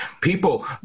people